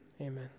amen